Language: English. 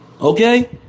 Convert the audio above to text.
Okay